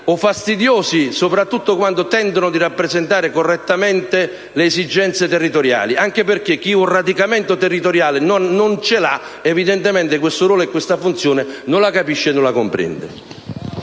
o fastidiosi, soprattutto quando tentano di rappresentare correttamente le esigenze territoriali, anche perché chi un radicamento territoriale non ce l'ha evidentemente questo ruolo e questa funzione non li capisce e non li comprende.